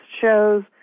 shows